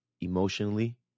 emotionally